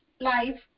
life